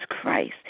Christ